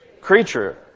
creature